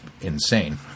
insane